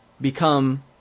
become